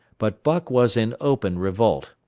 but buck was in open revolt.